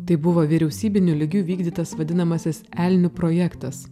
tai buvo vyriausybiniu lygiu įvykdytas vadinamasis elnių projektas